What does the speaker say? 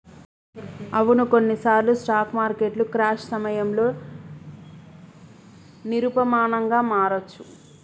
అవును కొన్నిసార్లు స్టాక్ మార్కెట్లు క్రాష్ సమయంలో నిరూపమానంగా మారొచ్చు